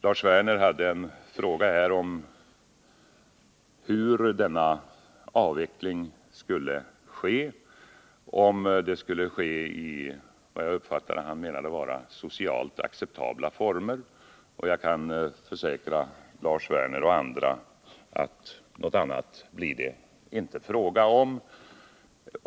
Lars Werner frågade hur denna — 24 oktober 1979 avveckling skulle ske, om den skulle ske i — jag uppfattade honom så — socialt acceptabla former. Jag kan försäkra Lars Werner och andra att det inte blir Allmänpolitisk fråga om någonting annat.